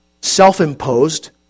Self-imposed